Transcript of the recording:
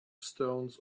stones